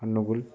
Angul